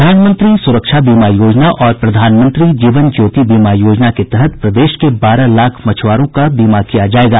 प्रधानमंत्री सूरक्षा बीमा योजना और प्रधानमंत्री जीवन ज्योति बीमा योजना के तहत प्रदेश के बारह लाख मछुआरों का बीमा किया जायेगा